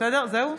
סדרנים,